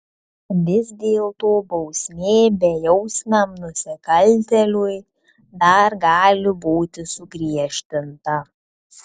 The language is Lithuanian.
vis dėlto bausmė bejausmiam nusikaltėliui dar gali būti sugriežtinta